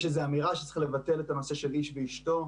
איזו אמירה שצריך לבטל את הנושא של "איש ואשתו".